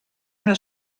una